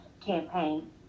campaign